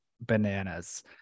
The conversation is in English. bananas